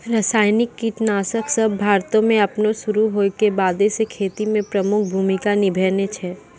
रसायनिक कीटनाशक सभ भारतो मे अपनो शुरू होय के बादे से खेती मे प्रमुख भूमिका निभैने छै